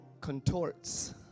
contorts